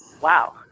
wow